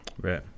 Right